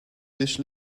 dish